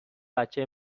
بچه